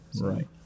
Right